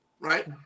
right